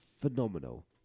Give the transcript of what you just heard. phenomenal